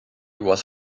was